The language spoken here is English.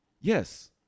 Yes